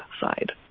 side